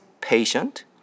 patient